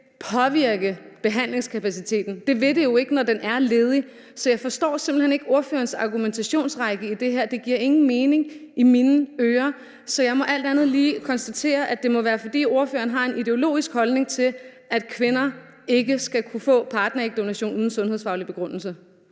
påvirke behandlingskapaciteten. Det vil det jo ikke, når den er ledig. Så jeg forstår simpelt hen ikke ordførerens argumentationsrække i det her. Det giver ingen mening i mine ører. Så jeg må alt andet lige konstatere, at det må være, fordi ordføreren har en ideologisk holdning til, at kvinder ikke skal kunne få partnerægdonation uden sundhedsfaglig begrundelse.